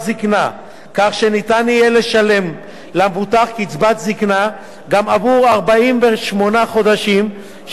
כך שניתן יהיה לשלם למבוטח קצבת זיקנה גם עבור 48 חודשים שקדמו